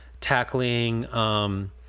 tackling